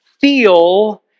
feel